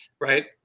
right